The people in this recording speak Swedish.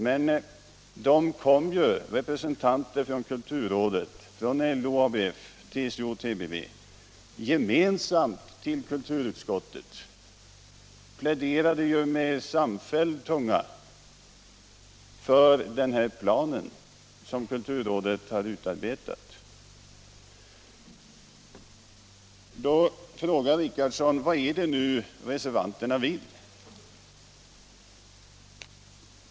Men representanter för kulturrådet, LO, ABF, TCO och TBV kom ju gemensamt till kulturutskottet och pläderade samfällt för den plan som kulturrådet har utarbetat. Då frågar herr Richardson: Vad är det nu reservanterna vill?